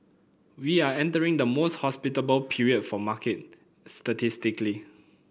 we are entering the most hospitable period for market statistically